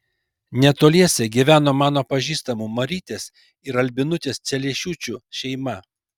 netoliese gyveno mano pažįstamų marytės ir albinutės celiešiūčių šeima